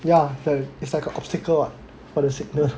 ya so it's like a obstacle [what] for the signal